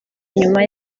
inyuma